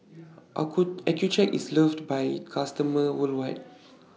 Accucheck IS loved By customers worldwide